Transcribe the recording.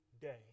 day